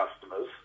customers